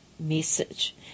Message